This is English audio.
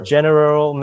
General